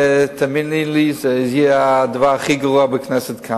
תאמיני לי שזה יהיה הדבר הכי גרוע כאן בכנסת.